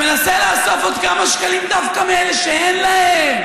שמנסה לאסוף עוד כמה שקלים דווקא מאלה שאין להם,